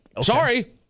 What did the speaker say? Sorry